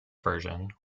version